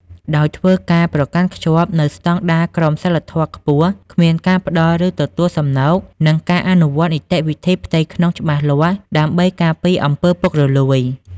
ដោយធ្វើការប្រកាន់ខ្ជាប់នូវស្តង់ដារក្រមសីលធម៌ខ្ពស់ គ្មានការផ្ដល់ ឬទទួលសំណូក និងការអនុវត្តនីតិវិធីផ្ទៃក្នុងច្បាស់លាស់ដើម្បីការពារអំពើពុករលួយ។